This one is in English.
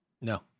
No